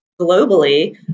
globally